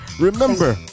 remember